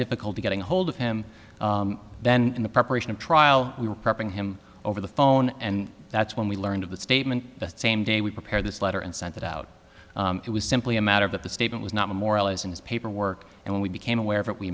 difficulty getting hold of him then in the preparation of trial we were prepping him over the phone and that's when we learned of the statement that same day we prepared this letter and sent it out it was simply a matter that the statement was not memorialized in his paperwork and when we became aware of it we